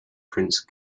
prince